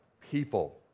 people